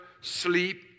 sleep